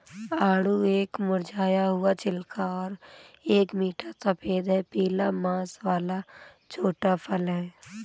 आड़ू एक मुरझाया हुआ छिलका और एक मीठा सफेद या पीला मांस वाला छोटा फल है